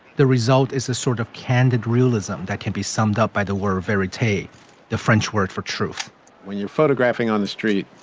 the result is a sort of candid realism that can be summed up by the word verite, the french word for truth when you're photographing on the street,